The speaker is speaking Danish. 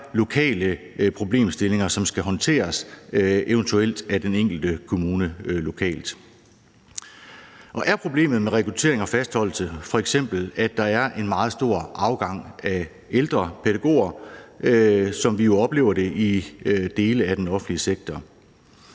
lokale problemstillinger, som skal håndteres, eventuelt af den enkelte kommune lokalt? Er problemet med rekruttering og fastholdelse f.eks., at der er en meget stor afgang af ældre pædagoger, som vi jo oplever det i dele af den offentlige sektor?